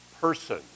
person